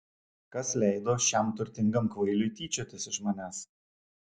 kas leido šiam turtingam kvailiui tyčiotis iš manęs